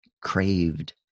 craved